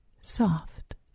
soft